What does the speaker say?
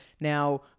Now